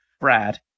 Brad